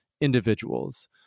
individuals